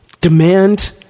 demand